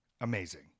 amazing